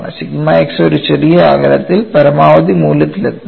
sigma x ഒരു ചെറിയ അകലത്തിൽ പരമാവധി മൂല്യത്തിലെത്തുന്നു